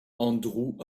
andrew